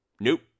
Nope